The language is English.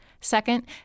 Second